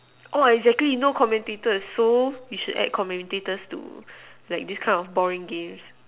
orh exactly no commentator so you should add commentators to this kind of boring games